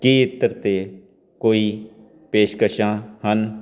ਕੀ ਇਤਰ 'ਤੇ ਕੋਈ ਪੇਸ਼ਕਸ਼ਾਂ ਹਨ